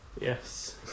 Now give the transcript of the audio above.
Yes